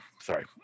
Sorry